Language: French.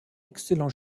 excellent